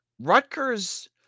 Rutgers